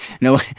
no